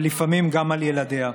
ולפעמים גם על ילדיה.